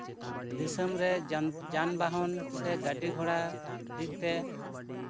ᱫᱤᱥᱚᱢ ᱨᱮ ᱡᱟᱱᱵᱟᱦᱚᱱ ᱥᱮ ᱜᱟᱹᱰᱤᱼᱜᱷᱚᱲᱟ ᱫᱤᱠ ᱛᱮ